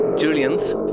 Julian's